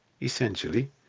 Essentially